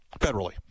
federally